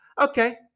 Okay